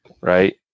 right